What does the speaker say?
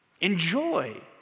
enjoy